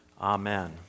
Amen